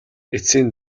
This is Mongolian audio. эцсийн